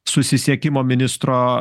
susisiekimo ministro